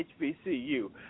HBCU